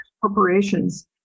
corporations